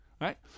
Right